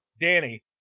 Danny